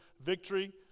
victory